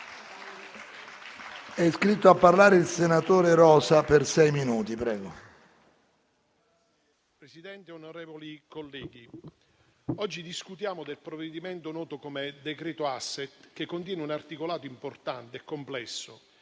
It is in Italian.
Presidente, onorevoli colleghi, oggi discutiamo del provvedimento noto come decreto *asset*, che contiene un articolato importante e complesso